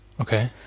okay